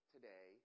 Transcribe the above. today